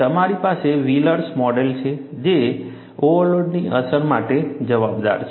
તમારી પાસે wheelers model છે જે ઓવરલોડની અસર માટે જવાબદાર છે